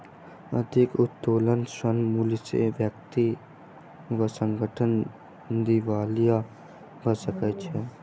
अधिक उत्तोलन ऋण मूल्य सॅ व्यक्ति वा संगठन दिवालिया भ सकै छै